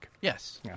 Yes